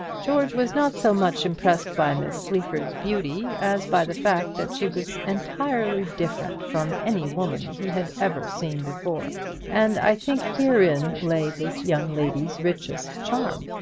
george was not so much impressed by miss sleaford's beauty as by the fact that she was entirely different from any woman he had ever seen before and i think herein lay this young lady's richest charm,